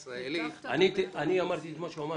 אני אמרתי, שכשהוא אמר: